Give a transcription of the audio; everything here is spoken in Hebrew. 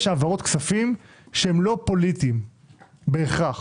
יש העברות כספים שהן לא פוליטיות בהכרח.